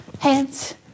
hands